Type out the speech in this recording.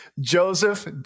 Joseph